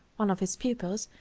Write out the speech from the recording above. one of his pupils,